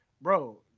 bro